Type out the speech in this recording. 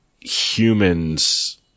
humans